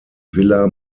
villa